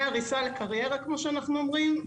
מעריסה לקריירה, כמו שאנחנו אומרים.